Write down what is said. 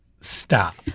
Stop